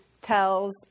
tells